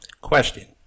Question